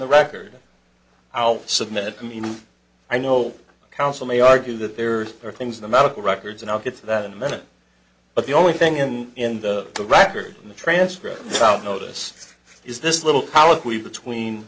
the record i'll submit i mean i know counsel may argue that there are things in the medical records and i'll get to that in a minute but the only thing in the record in the transcript about notice is this little